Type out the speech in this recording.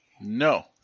No